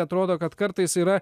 atrodo kad kartais yra